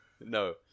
No